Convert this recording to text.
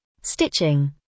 stitching